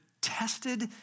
tested